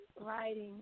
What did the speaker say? writing